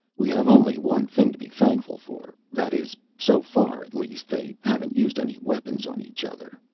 we have only one thing to be thankful for. that is so far at least they haven't used any weapons on each other.